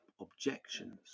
objections